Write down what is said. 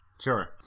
Sure